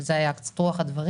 שזה היה קצת רוח הדברים,